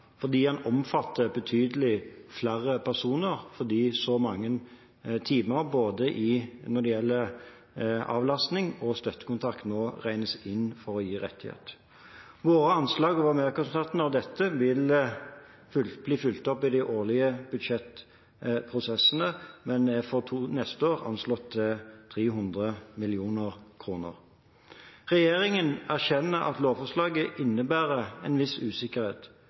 fordi så mange timer når det gjelder både avlastning og støttekontakt, nå regnes inn for å gi rettighet. Våre anslag over merkostnadene av dette vil bli fulgt opp i de årlige budsjettprosessene. For neste år er kostnadene anslått til 300 mill. kr. Regjeringen erkjenner at lovforslaget innebærer en viss usikkerhet.